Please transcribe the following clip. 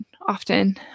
often